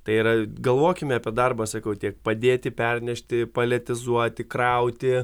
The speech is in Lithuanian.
tai yra galvokime apie darbą sakau tiek padėti pernešti paletizuoti krauti